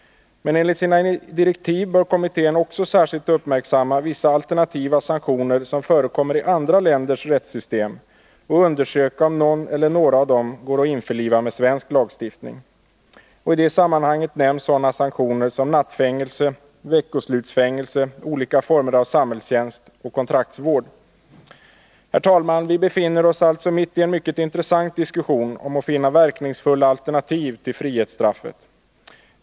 Enligt sina direktiv bör kommittén också särskilt uppmärksamma vissa alternativa sanktioner som förekommer i andra länders rättssystem och undersöka om någon eller några av dessa går att införliva med svensk lagstiftning. I sammanhanget nämns sådana sanktioner som nattfängelse, veckoslutsfängelse, olika former av samhällstjänst och kontraktsvård. Herr talman! Vi befinner oss alltså mitt i en mycket intressant diskussion om att finna verkningsfulla alternativ till frihetsstraffet.